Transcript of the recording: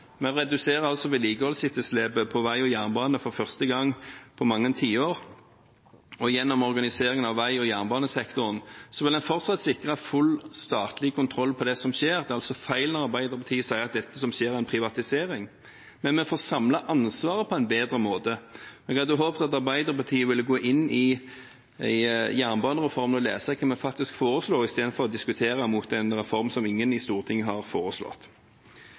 med det som skjer. Det er altså feil når Arbeiderpartiet sier at dette som skjer, er en privatisering. Men vi får samlet ansvaret på en bedre måte. Jeg hadde håpet at Arbeiderpartiet ville gå inn i jernbanereformen og lese hva vi faktisk foreslo, istedenfor å diskutere en reform som ingen i Stortinget har foreslått.